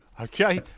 Okay